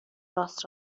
راست